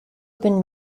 been